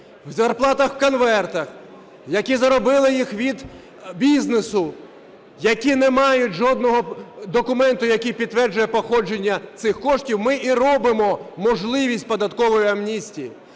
в зарплатах в конвертах, які заробили їх від бізнесу, які не мають жодного документа, який підтверджує походження цих коштів, ми і робимо можливість податкової амністії.